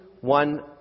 one